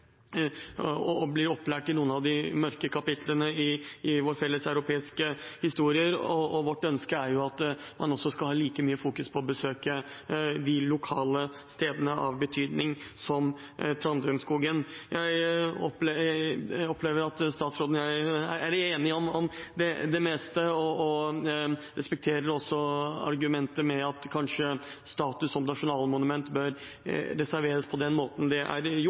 blir opplært i noen av de mørke kapitlene i vår felles europeiske historie. Vårt ønske er at man skal ha like mye fokus på å besøke de lokale stedene av betydning, som Trandumskogen. Jeg opplever at statsråden og jeg er enige om det meste, og jeg respekterer også argumentet om at status som nasjonalmonument bør reserveres på den måten det er gjort.